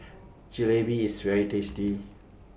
Jalebi IS very tasty